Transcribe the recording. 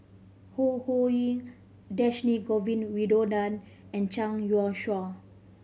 Ho Ho Ying Dhershini Govin Winodan and Zhang Youshuo